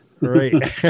Right